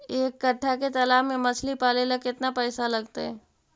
एक कट्ठा के तालाब में मछली पाले ल केतना पैसा लगतै?